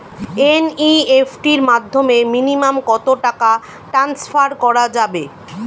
NEFT এর মাধ্যমে minimum কত টাকা টান্সফার করা যাবে?